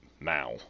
now